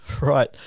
Right